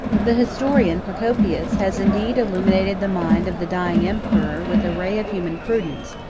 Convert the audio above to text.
the historian procopius has indeed illuminated the mind of the dying emperor with a ray of human prudence,